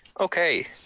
Okay